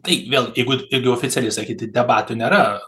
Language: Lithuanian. tai vėl jeigu jeigu jau oficialiai sakyti debatų nėra